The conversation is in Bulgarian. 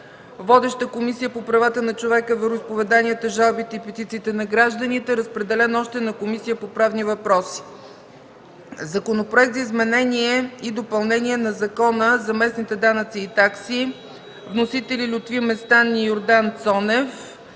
Водеща е Комисията по правата на човека, вероизповеданията, жалбите и петициите на гражданите. Разпределен още на Комисията по правни въпроси. Законопроект за изменение и допълнение на Закона за местните данъци и такси. Вносители – Лютви Местан и Йордан Цонев.